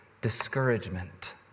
discouragement